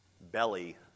belly